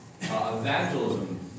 evangelism